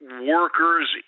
workers